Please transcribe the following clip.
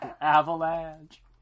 Avalanche